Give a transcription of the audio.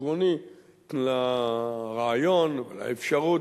עקרוני לרעיון או לאפשרות,